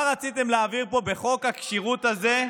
מה רציתם להעביר פה בחוק הכשירות הזה,